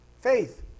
Faith